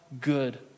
good